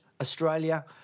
Australia